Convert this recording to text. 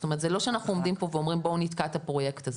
זאת אומרת זה לא שאנחנו עומדים פה ואומרים 'בוא נתקע את הפרויקט הזה'.